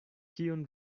kion